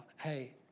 Hey